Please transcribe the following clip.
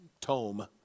tome